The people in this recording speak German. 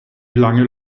lange